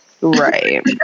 Right